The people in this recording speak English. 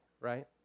right